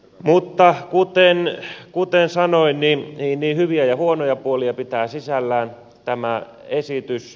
mutta kuten sanoin hyviä ja huonoja puolia pitää sisällään tämä esitys